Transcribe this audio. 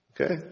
Okay